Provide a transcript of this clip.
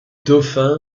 dauphin